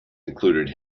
include